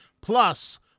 Plus